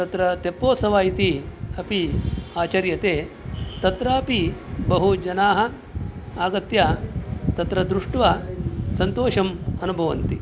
तत्र तेप्पोत्सव इति अपि आचर्यते तत्रापि बहु जनाः आगत्य तत्र दृष्ट्वा सन्तोषम् अनुभवन्ति